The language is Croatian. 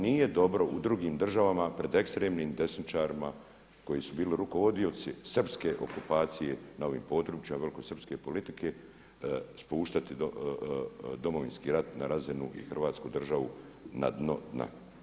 Nije dobro u drugim državama pred ekstremnim desničarima koji su bili rukovodioci srpske okupacije na ovim područjima, velikosrpske politike spuštati Domovinski rat na razinu i Hrvatsku državu na dno dna.